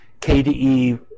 KDE